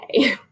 okay